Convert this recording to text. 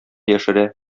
яшерә